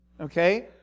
okay